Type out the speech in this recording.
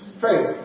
Faith